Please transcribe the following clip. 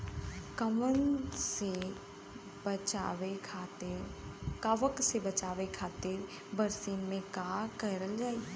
कवक से बचावे खातिन बरसीन मे का करल जाई?